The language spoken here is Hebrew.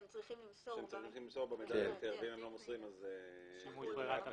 אם הם לא מוסרים - שימוש ברירת המחדל.